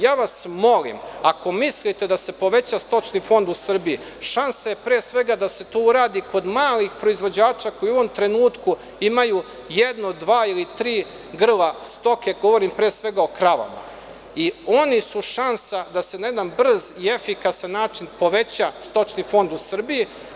Ja vas molim, ako mislite da se poveća stočni fond u Srbiji, šanse pre svega da se to uradi kod malih proizvođača koji u ovom trenutku imaju jedno, dva ili tri grla stoke, govorim pre svega o kravama, oni su šansa da se na jedan brz i efikasan način poveća stočni fond u Srbiji.